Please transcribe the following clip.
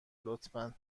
لطفا